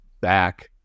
back